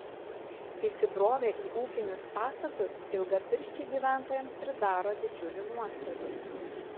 įsibrovę į ūkinius pastatus ilgapirščiai gyventojams pridaro didžiulių nuostolių